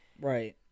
Right